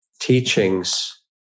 teachings